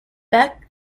beck